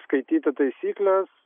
skaityti taisykles